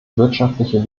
wirtschaftliche